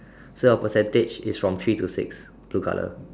so your percentage is from three to six blue color